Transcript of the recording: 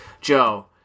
Joe